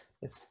yes